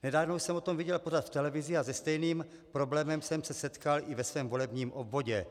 Nedávno jsem o tom viděl pořad v televizi a se stejným problémem jsem se setkal i ve svém volebním obvodě.